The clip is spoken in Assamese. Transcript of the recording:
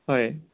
হয়